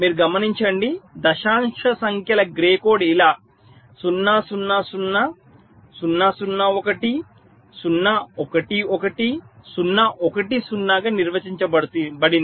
మీరు గమనించండి దశాంశ సంఖ్యల గ్రే కోడ్ ఇలా 0 0 0 0 0 1 0 1 1 0 1 0 గా నిర్వచించబడింది